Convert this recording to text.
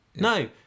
No